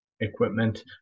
equipment